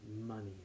money